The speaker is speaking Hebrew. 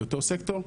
באותו סקטור,